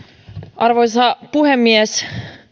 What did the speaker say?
arvoisa puhemies